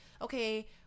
okay